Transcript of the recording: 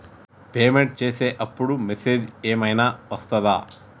Payment చేసే అప్పుడు message ఏం ఐనా వస్తదా?